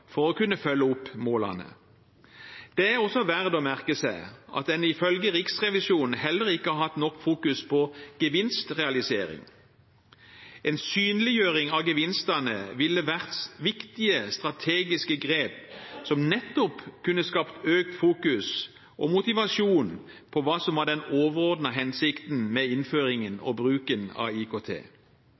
for å kunne følge opp målene. Det er også verdt å merke seg at en ifølge Riksrevisjonen heller ikke har hatt nok fokus på gevinstrealisering. En synliggjøring av gevinstene ville vært viktige strategiske grep som nettopp kunne skapt økt fokus og motivasjon på hva som var den overordnede hensikten med innføringen og bruken av IKT.